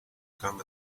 come